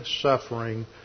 suffering